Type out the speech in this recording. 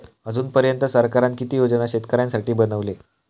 अजून पर्यंत सरकारान किती योजना शेतकऱ्यांसाठी बनवले?